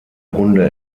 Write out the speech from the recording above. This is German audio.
runde